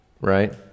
right